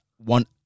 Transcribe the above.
one